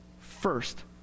First